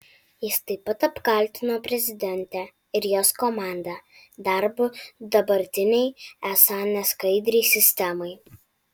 jis taip pat apkaltino prezidentę ir jos komandą darbu dabartinei esą neskaidriai sistemai